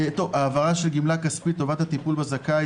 העברה של גימלה כספית לטובת הטיפול בזכאי,